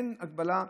אין הגבלה.